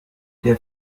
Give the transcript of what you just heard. der